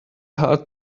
hard